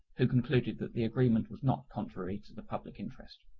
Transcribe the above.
who concluded that the agreement was not contrary to the public interest.